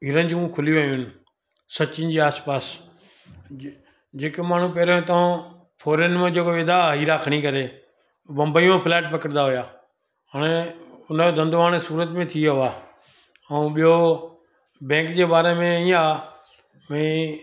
हीरनि जूं खुलियूं वयूं सचिन जे आसिपासि जेके माण्हू पहिरियों हितां फ़ॉरेन में जेका वेंदा आहे हीरा खणी करे बंबईअ में फ्लेट पकिड़ंदा हुआ हाणे हुनजो धंधो हाणे सूरत में थी वियो आहे ऐं ॿियो बेंक जे बारे में इअं आहे भई